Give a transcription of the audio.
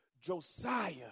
Josiah